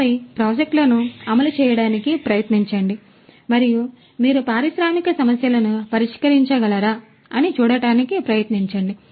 ఆపై ప్రాజెక్టులను అమలు చేయడానికి ప్రయత్నించండి మరియు మీరు పారిశ్రామిక సమస్యలను పరిష్కరించగలరా అని చూడటానికి ప్రయత్నించండి